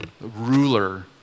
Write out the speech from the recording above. ruler